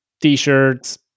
t-shirts